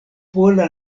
pola